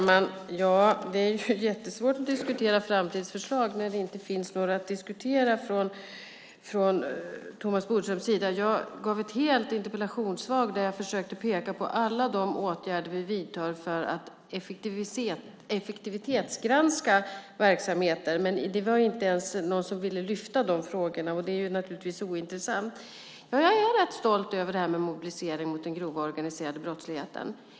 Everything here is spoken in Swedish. Fru talman! Det är jättesvårt att diskutera framtidsförslag när det inte finns några sådana att diskutera från Thomas Bodströms sida. I ett helt interpellationssvar har jag försökt peka på alla de åtgärder vi vidtar för att effektivitetsgranska verksamheter. Det var inte någon som ens ville lyfta fram de frågorna, men det är naturligtvis ointressant. Ja, jag är rätt stolt över det här med mobilisering mot den grova organiserade brottsligheten.